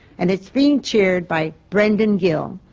and it's being chaired by brendan gill,